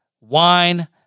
wine